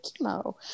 chemo